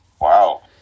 wow